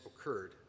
occurred